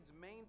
main